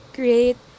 great